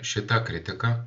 šitą kritiką